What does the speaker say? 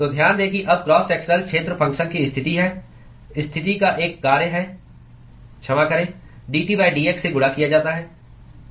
तो ध्यान दें कि अब क्रॉस सेक्शनल क्षेत्र फ़ंक्शन की स्थिति है स्थिति का एक कार्य है क्षमा करें dT dx से गुणा किया जाता है